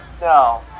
No